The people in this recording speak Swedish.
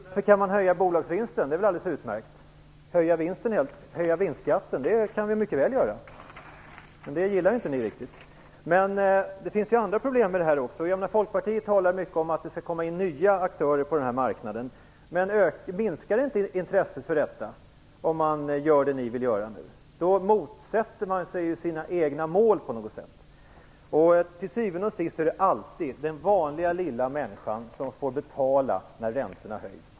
Herr talman! Visst kan man höja bolagsskatten. Vi kan mycket väl höja vinstskatten. Men det gillar ju inte ni. Folkpartiet talar mycket om att det skall komma in nya aktörer på den här marknaden. Minskar inte intresset för detta om man gör det ni vill göra? Då motsätter man ju sig sina egna mål. Till syvende och sist är det alltid den vanliga lilla människan som får betala när räntorna höjs.